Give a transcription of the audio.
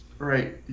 Right